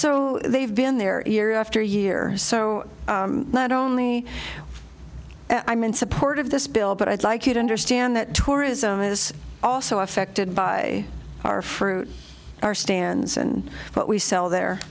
so they've been there year after year so not only i'm in support of this bill but i'd like you to understand that tourism is also affected by our fruit our stands and what we sell the